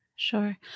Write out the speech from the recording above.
Sure